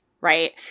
right